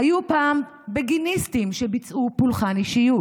היו פעם בגיניסטים שביצעו פולחן אישיות,